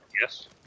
yes